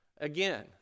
again